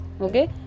okay